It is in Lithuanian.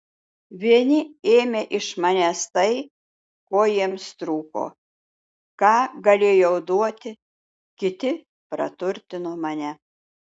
vieni ėmė iš manęs tai ko jiems trūko ką galėjau duoti kiti praturtino mane